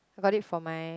I got it for my